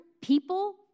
people